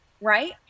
right